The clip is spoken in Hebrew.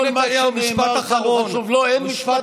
הוא ושקד